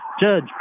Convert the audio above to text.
judge